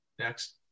Next